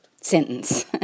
sentence